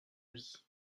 vie